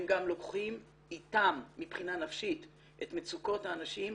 הם גם לוקחים איתם מבחינה נפשית את מצוקות האנשים,